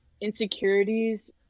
insecurities